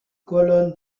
colonnes